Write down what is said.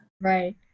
right